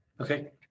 Okay